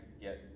get